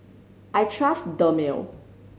I trust Dermale